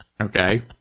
Okay